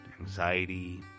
anxiety